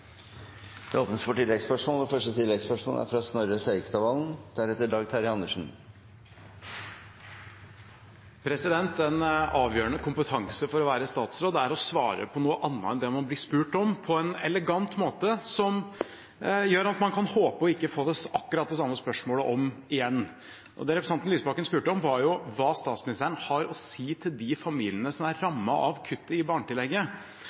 Det blir oppfølgingsspørsmål – først Snorre Serigstad Valen. En avgjørende kompetanse for å være statsråd er å svare på noe annet enn det man blir spurt om, på en elegant måte som gjør at man kan håpe å ikke få akkurat det samme spørsmålet om igjen. Det representanten Lysbakken spurte om, var hva statsministeren har å si til de familiene som er rammet av kutt i barnetillegget.